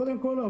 קודם כל,